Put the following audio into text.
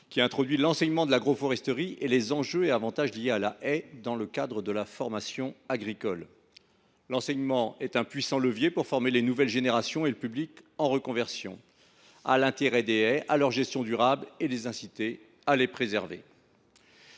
qui a introduit l’enseignement de l’agroforesterie et les enjeux et avantages liés à la haie dans le cadre de la formation agricole. L’enseignement est un puissant levier pour former les nouvelles générations et le public en reconversion à l’intérêt des haies et à leur gestion durable et les inciter à les préserver.